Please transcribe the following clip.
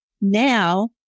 now